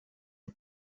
for